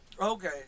Okay